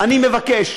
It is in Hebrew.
אני מבקש,